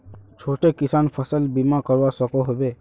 छोटो किसान फसल बीमा करवा सकोहो होबे?